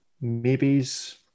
Maybes